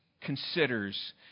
considers